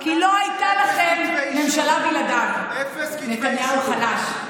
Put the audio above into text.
אכבר חלש, אכבר חלש.